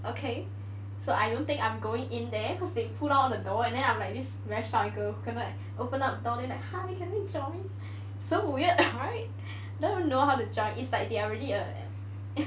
okay so I don't think I'm going in there cause they pull down all the door and then I'm like this very shy girl who gonna like open up door and like hi can I join so weird right don't even know how to join is like they are already a